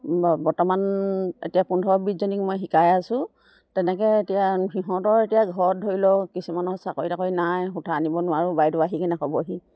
বৰ্তমান এতিয়া পোন্ধৰ বিছজনীক মই শিকাই আছো তেনেকৈ এতিয়া সিহঁতৰ এতিয়া ঘৰত ধৰি লওক কিছুমানৰ চাকৰি টাকৰি নাই সূতা আনিব নোৱাৰোঁ বাইদেউ আহি কিনে ক'বহি